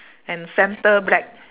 and centre black